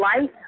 life